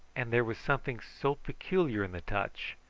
and there was something so peculiar in the touch,